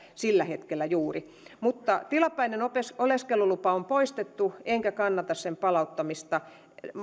sillä hetkellä juuri mutta tilapäinen oleskelulupa on poistettu enkä kannata sen palauttamista